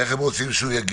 איך הם רוצים שהוא יגיע?